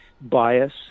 bias